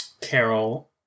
Carol